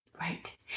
Right